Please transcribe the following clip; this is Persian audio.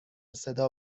صدا